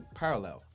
parallel